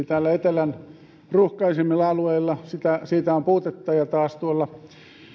täällä etelän ruuhkaisimmilla alueilla siitä on puutetta ja taas tuolla